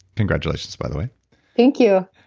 congratulations by the way thank you.